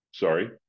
Sorry